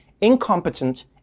incompetent